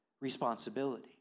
responsibility